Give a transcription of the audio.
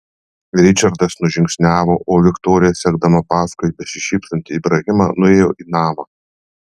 ričardas nužingsniavo o viktorija sekdama paskui besišypsantį ibrahimą nuėjo į namą